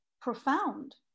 profound